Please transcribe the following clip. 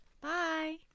Bye